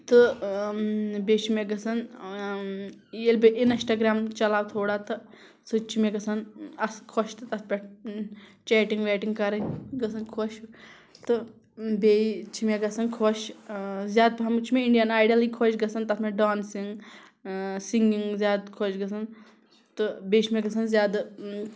تہٕ بیٚیہِ چھِ مےٚ گژھان ییٚلہِ بہٕ اِنَسٹاگرٛام چَلاو تھوڑا تہٕ سُہ تہِ چھِ مےٚ گژھان اَصٕل خۄش تہٕ تَتھ پٮ۪ٹھ چیٹِنٛگ ویٹِنٛگ کَرٕنۍ گژھان خۄش تہٕ بیٚیہِ چھِ مےٚ گژھان خۄش زیادٕ پَہمَتھ چھِ مےٚ اِنڈِیَن آیڈَلٕے خۄش گژھان تَتھ منٛز ڈانسِنٛگ سِنٛگِنٛگ زیادٕ خۄش گژھان تہٕ بیٚیہِ چھِ مےٚ گژھان زیادٕ